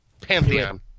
pantheon